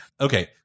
Okay